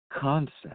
Concept